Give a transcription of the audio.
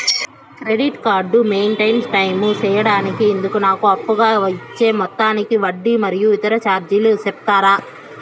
Credit card maintain time సేయడానికి ఇందుకు నాకు అప్పుగా ఇచ్చే మొత్తానికి వడ్డీ మరియు ఇతర చార్జీలు సెప్తారా?